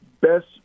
best